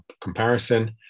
comparison